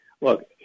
look